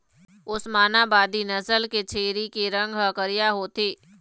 ओस्मानाबादी नसल के छेरी के रंग ह करिया होथे